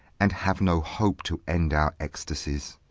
and have no hope to end our ecstasies.